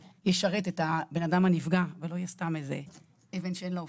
ישרת את הבן אדם שנפגע ולא יהיה סתם אבן שאין לה הופכין.